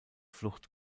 flucht